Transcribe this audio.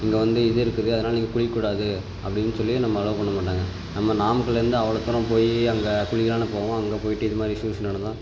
இங்கே வந்து இது இருக்குது அதனால் நீங்கள் குளிக்கக்கூடாது அப்படின்னு சொல்லி நம்ம அலோவ் பண்ண மாட்டாங்க நம்ம நாமக்கல்லிருந்து அவ்வளோ தூரம் போய் அங்கே குளிக்கலாம்னு போவோம் அங்கே போய்விட்டு இது மாதிரி இஸ்யூஸ் நடந்தால்